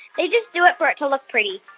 they just do it for it to look pretty.